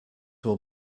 will